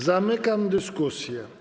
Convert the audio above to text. Zamykam dyskusję.